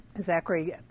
Zachary